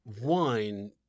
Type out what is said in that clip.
wine